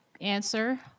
answer